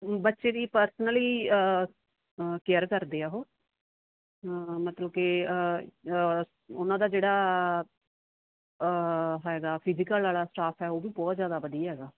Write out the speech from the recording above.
ਬੱਚੇ ਦੀ personally care ਕਰਦੇ ਆ ਉਹ ਹਾਂ ਮਤਲਬ ਕਿ ਉਹਨਾਂ ਦਾ ਜਿਹੜਾ ਫਾਇਦਾ ਫਿਜ਼ੀਕਲ ਵਾਲਾ ਸਟਾਫ ਹੈ ਉਹ ਵੀ ਬਹੁਤ ਜ਼ਿਆਦਾ ਵਧੀਆ ਹੈਗਾ